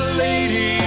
lady